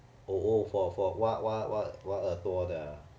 oh oh for for 挖挖挖挖耳朵的